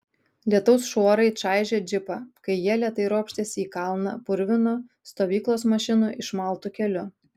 lietaus šuorai čaižė džipą kai jie lėtai ropštėsi į kalną purvinu stovyklos mašinų išmaltu keliu